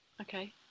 okay